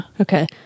Okay